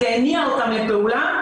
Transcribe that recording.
זה הניע אותם לפעולה.